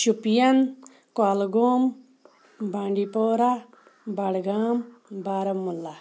Shopian Kulgam Bandipora Budgam Baramulla